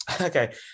okay